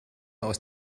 aus